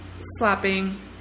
slapping